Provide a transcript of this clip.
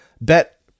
Bet